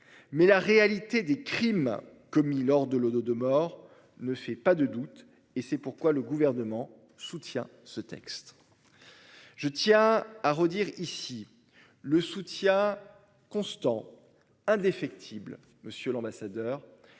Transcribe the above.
Mais la réalité des crimes commis lors de l'eau de morts ne fait pas de doute. Et c'est pourquoi le gouvernement soutient ce texte. Je tiens à redire ici le soutien. Constant indéfectible, monsieur l'ambassadeur.